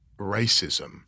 racism